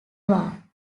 war